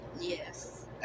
yes